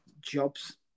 jobs